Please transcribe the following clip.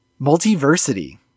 Multiversity